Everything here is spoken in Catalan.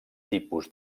tipus